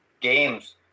games